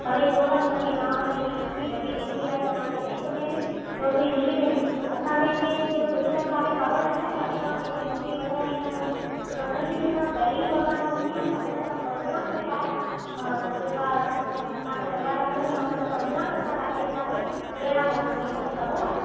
अड़े छो न मिलंदी तव्हां वटि एॾी सुठी वॾी डिगिरी आहे त तव्हांखे बैंक में बि नौकिरी मिली वेंदी असांजे हिते जो सिस्टम तव्हांखे ख़बरु आहे न त असां कंहिं खे नौकिरी वठाए ॾींदा आहियूं त उन्हनि जी जेका पहिरीं पघार हूंदी आहे न उन जा पंदरहां टका जेका तव्हांखे पघार मिलंदी आहे उन जा पंदरहां टका तव्हांखे असांखे ॾियणा पवंदा आहिनि हीअ तव्हांखे ख़बरु आहे